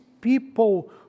people